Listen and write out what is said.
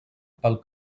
pel